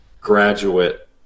graduate